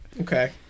Okay